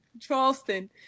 charleston